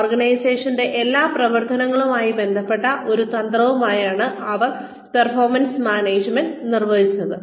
ഓർഗനൈസേഷന്റെ എല്ലാ പ്രവർത്തനങ്ങളുമായും ബന്ധപ്പെട്ട ഒരു തന്ത്രമായാണ് അവർ പെർഫോമൻസ് മാനേജ്മെന്റ് നിർവചിച്ചത്